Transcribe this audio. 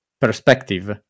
perspective